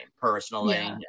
personally